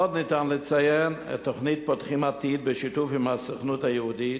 עוד ניתן לציין את תוכנית "פותחים עתיד" בשיתוף עם הסוכנות היהודית,